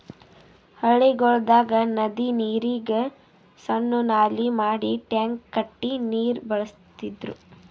ಹಳ್ಳಿಗೊಳ್ದಾಗ್ ನದಿ ನೀರಿಗ್ ಸಣ್ಣು ನಾಲಿ ಮಾಡಿ ಟ್ಯಾಂಕ್ ಕಟ್ಟಿ ನೀರ್ ಬಳಸ್ತಿದ್ರು